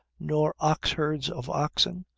nor oxherds of oxen,